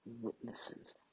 witnesses